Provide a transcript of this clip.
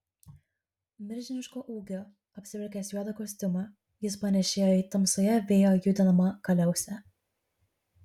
milžiniško ūgio apsivilkęs juodą kostiumą jis panėšėjo į tamsoje vėjo judinamą kaliausę